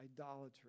idolatry